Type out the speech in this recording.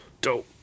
Dope